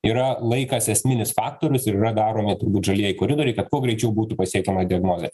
yra laikas esminis faktorius ir yra daroma turbūt žalieji koridoriai kad kuo greičiau būtų pasiekiama diagnozė